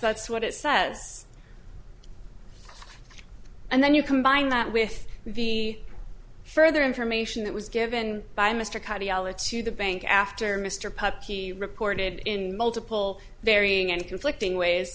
that's what it says and then you combine that with the further information that was given by mr cardiology to the bank after mr puckey reported in multiple varying and conflicting ways